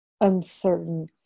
uncertain